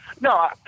No